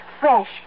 Fresh